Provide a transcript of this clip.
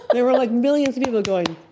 there were like millions of people going